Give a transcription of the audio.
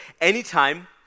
anytime